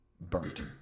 burnt